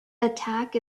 attack